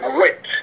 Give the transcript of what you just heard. wait